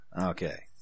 Okay